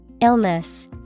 Illness